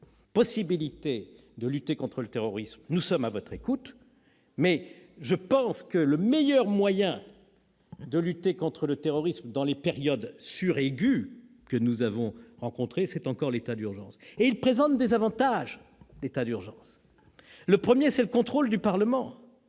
permettant de lutter contre le terrorisme, nous sommes à votre écoute. Je pense, pour ma part, que le meilleur moyen de lutter contre le terrorisme dans les périodes suraiguës que nous avons connues, c'est encore l'état d'urgence. Il présente en effet des avantages. Le premier est le contrôle du Parlement.